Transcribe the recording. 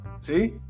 See